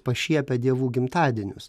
pašiepia dievų gimtadienius